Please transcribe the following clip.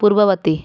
ପୂର୍ବବର୍ତ୍ତୀ